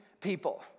people